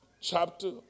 chapter